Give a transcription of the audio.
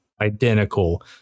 Identical